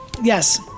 Yes